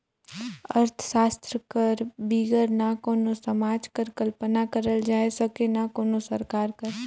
अर्थसास्त्र कर बिगर ना कोनो समाज कर कल्पना करल जाए सके ना कोनो सरकार कर